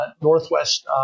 Northwest